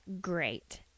great